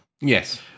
Yes